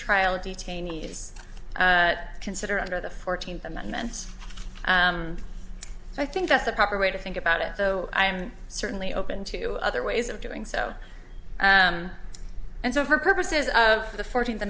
pretrial detainees consider under the fourteenth amendment's i think that's the proper way to think about it though i am certainly open to other ways of doing so and so for purposes of the fourteenth